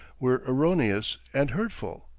were erroneous and hurtful.